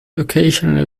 occasionally